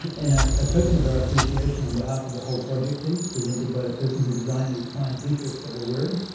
and and ah a token of our appreciation, on behalf of the whole project team, presented by the person who designed these fine t-shirts that we're wearing.